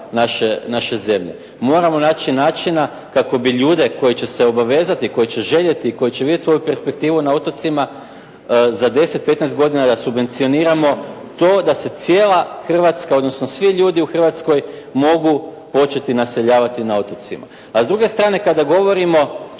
naše zemlje. Moramo naći načina kako bi ljude koji će se obavezati, koji će željeti, koji će vidjeti svoju perspektivu na otocima za 10, 15 godina da subvencioniramo to da se cijela Hrvatska, odnosno svi ljudi u Hrvatskoj mogu početi naseljavati na otocima. A s druge strane kada govorimo